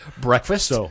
Breakfast